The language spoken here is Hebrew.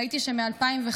וראיתי שזה מ-2015.